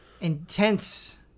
intense